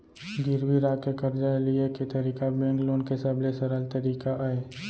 गिरवी राख के करजा लिये के तरीका बेंक लोन के सबले सरल तरीका अय